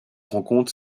rencontre